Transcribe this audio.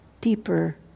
deeper